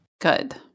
Good